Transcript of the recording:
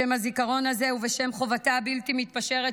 בשם הזיכרון הזה ובשם חובתה הבלתי-מתפשרת